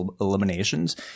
eliminations